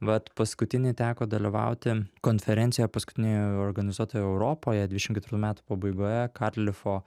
vat paskutiny teko dalyvauti konferencijoj paskutinėje organizuotoje europoje dvidešim ketvirtų metų pabaigoje karlifo